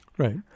Right